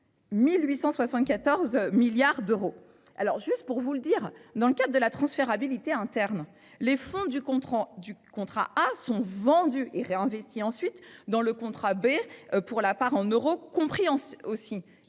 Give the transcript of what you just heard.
1874 milliards d'euros. Alors juste pour vous le dire dans le cas de la transférabilité interne. Les fonds du contrat du contrat à sont vendus et réinvestit ensuite dans le contrat bé pour la part en euros compréhension